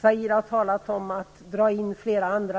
Zaire har talat om att dra in flera andra